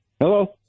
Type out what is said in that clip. Hello